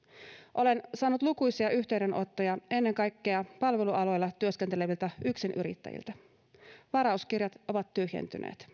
olen saanut lukuisia yhteydenottoja ennen kaikkea palvelualoilla työskenteleviltä yksinyrittäjiltä varauskirjat ovat tyhjentyneet